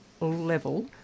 level